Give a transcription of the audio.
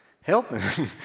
helping